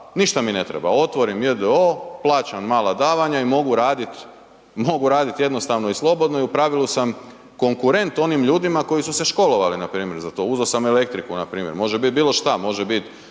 ništa mi ne treba, otvorim j.d.o.o., plaćam mala davanja i mogu raditi jednostavno i slobodno i u pravilu sam konkurent onim ljudima koji su se školovali npr. za to, uzeo elektriku npr., može bit bilo šta, može bit